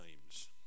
names